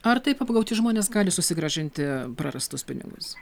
ar taip apgauti žmonės gali susigrąžinti prarastus pinigus